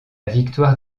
victoire